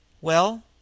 Well